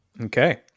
Okay